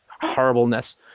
horribleness